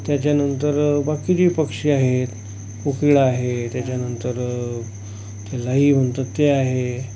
त्याच्यानंतर बाकी जे पक्षी आहेत कोकिळा आहे त्याच्यानंतर लाही म्हणतात ते आहे